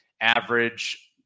average